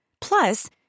Plus